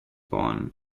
born